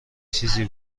چیزی